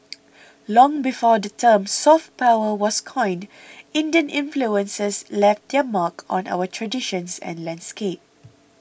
long before the term 'soft power' was coined Indian influences left their mark on our traditions and landscape